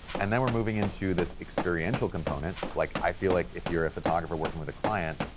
and then we're moving into this experiential component, like i feel like if you're a photographer working with a client,